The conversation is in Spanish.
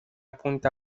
punta